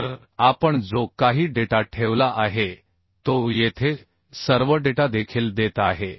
तर आपण जो काही डेटा ठेवला आहे तो येथे सर्व डेटा देखील देत आहे